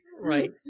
right